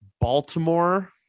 Baltimore